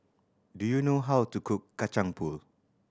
do you know how to cook Kacang Pool